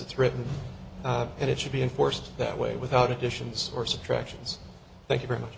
it's written and it should be enforced that way without additions or subtractions thank you very much